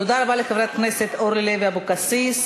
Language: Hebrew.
תודה רבה לחברת הכנסת אורלי לוי אבקסיס.